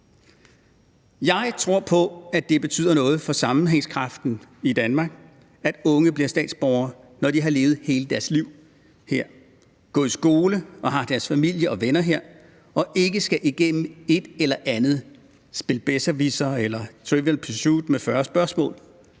Jeg tror på, at det betyder noget for sammenhængskraften i Danmark, at unge bliver statsborgere, når de har levet hele deres liv her, har gået i skole her og har deres familie og venner her, og ikke skal igennem et eller andet spil Bezzerwizzer eller Trivial Pursuit med 40 spørgsmål